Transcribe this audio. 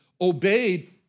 obeyed